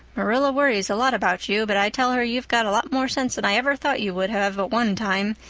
marilla worries a lot about you, but i tell her you've got a lot more sense than i ever thought you would have at one time,